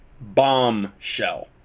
Bombshell